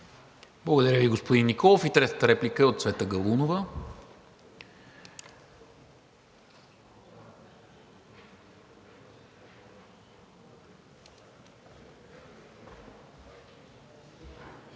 Благодаря Ви, господин Николов. Третата реплика е от Цвета Галунова.